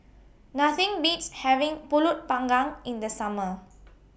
Nothing Beats having Pulut Panggang in The Summer